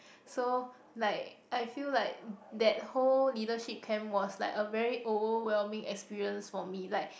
so like I feel like that whole leadership camp was like a very overwhelming experience for me like